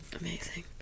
amazing